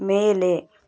ಮೇಲೆ